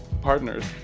partners